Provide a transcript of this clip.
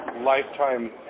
lifetime